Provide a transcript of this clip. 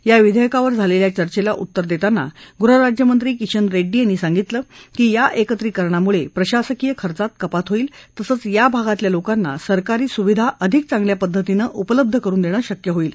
या विधेयकावर झालेल्या चर्चेला उत्तर देताना गृह राज्यमंत्री किशन रेड्डी यांनी सांगितलं की या एकत्रीकरणामुळे प्रशासकीय खर्चात कपात होईल तसंच या भागातल्या लोकांना सरकारी सुविधा अधिक चांगल्या पद्धतीनं उपलब्ध करुन देणं शक्य होईल